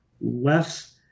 less